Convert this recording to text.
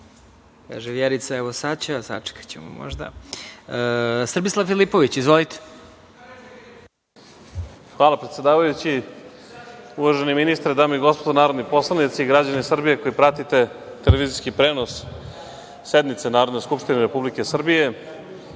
Hvala, predsedavajući. Uvaženi ministre, dame i gospodo narodni poslanici, građani Srbije koji pratite televizijski prenos sednice Narodne skupštine Republike Srbije,